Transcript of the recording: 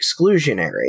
exclusionary